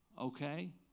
Okay